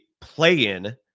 play-in